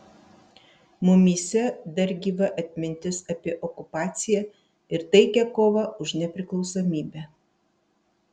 mumyse dar gyva atmintis apie okupaciją ir taikią kovą už nepriklausomybę